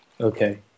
Okay